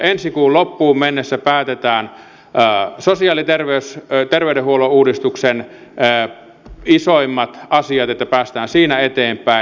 ensi kuun loppuun mennessä päätetään sosiaali ja terveydenhuollon uudistuksen isoimmat asiat että päästään siinä eteenpäin